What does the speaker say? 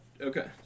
okay